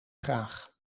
graag